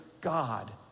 God